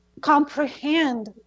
comprehend